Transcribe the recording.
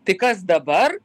tai kas dabar